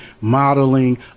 modeling